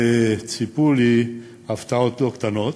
וציפו לי הפתעות לא קטנות.